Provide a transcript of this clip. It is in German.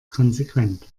konsequent